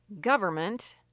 government